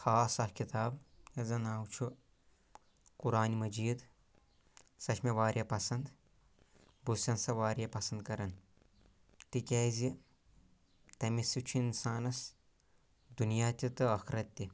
خاص اکھ کِتاب یَتھ زَن ناو چھُ قُرآنہِ مَجیٖد سۄ چھِ مےٚ واریاہ پَسنٛد بہٕ سِٮ۪ن سۄ واریاہ پَسنٛد کران تِکیٛازِ تٔمِۍ سۭتۍ چھُ اِنسانَس دُنٛیا تہِ تہٕ ٲخٕرَت تہِ